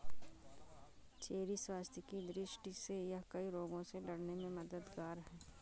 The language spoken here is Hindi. चेरी स्वास्थ्य की दृष्टि से यह कई रोगों से लड़ने में मददगार है